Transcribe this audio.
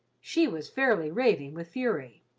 she was fairly raving with fury,